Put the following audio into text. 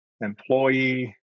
employee